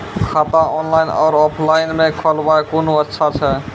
खाता ऑनलाइन और ऑफलाइन म खोलवाय कुन अच्छा छै?